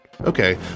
Okay